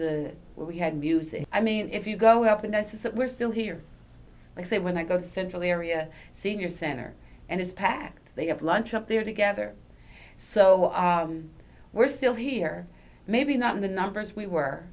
and we had music i mean if you go up and notice that we're still here i say when i go to central area senior center and it's packed they have lunch up there together so we're still here maybe not in the numbers we were